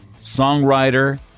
songwriter